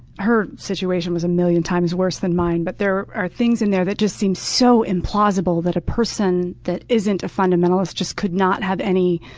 her situation was a million times worse than mine, but there are things in there that just seem so implausible that a person that isn't a fundamentalist just could not have any